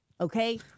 Okay